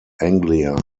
anglia